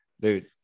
dude